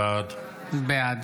בעד